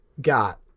got